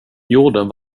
jorden